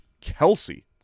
Kelsey